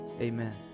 Amen